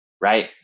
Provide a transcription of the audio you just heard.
right